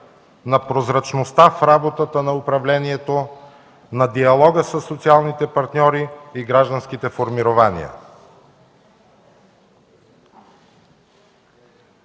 на прозрачността в работата на управлението, на диалога със социалните партньори и гражданските формирования.